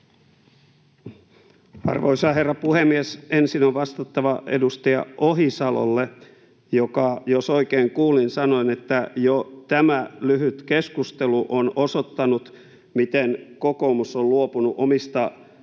Arvoisa herra puhemies! Ensin on vastattava edustaja Ohisalolle, joka — jos oikein kuulin — sanoi, että jo tämä lyhyt keskustelu on osoittanut, miten kokoomus on luopunut omista